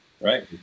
Right